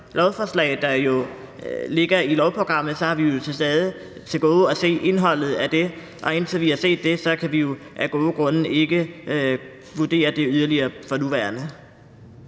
lovforslag, der jo ligger i lovprogrammet, har vi stadig til gode at se indholdet af det, og indtil vi har set det, kan vi jo af gode grunde ikke vurdere det yderligere for nuværende.